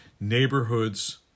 neighborhoods